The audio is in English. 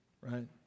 right